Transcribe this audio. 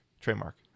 Trademark